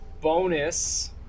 Bonus